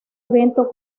evento